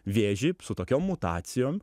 vėžį su tokiom mutacijom